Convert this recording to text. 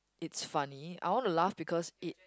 it's funny I want to laugh because it